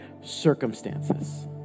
circumstances